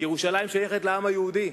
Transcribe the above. כי ירושלים שייכת לעם היהודי.